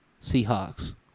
Seahawks